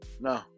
No